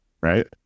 right